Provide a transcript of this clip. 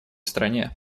стране